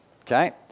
Okay